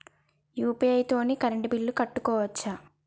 UPI తోని current bill కట్టుకోవచ్ఛా?